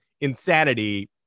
insanity